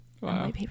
Wow